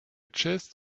chest